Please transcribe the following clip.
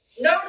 No